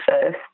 first